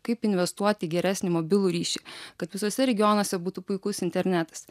kaip investuoti į geresnį mobilų ryšį kad visuose regionuose būtų puikus internetas